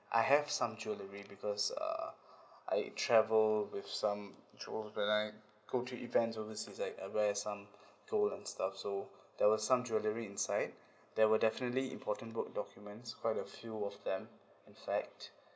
I have some jewellery because uh I travel with some jewels and I go to events overseas I I wear some gold and stuff so there was some jewellery inside there were definitely important work documents quite a few of them inside